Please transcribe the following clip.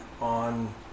on